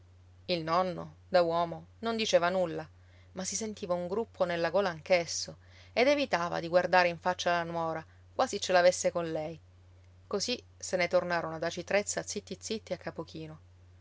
il nonno da uomo non diceva nulla ma si sentiva un gruppo nella gola anch'esso ed evitava di guardare in faccia la nuora quasi ce l'avesse con lei così se ne tornarono ad aci trezza zitti zitti e a capo chino